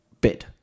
bid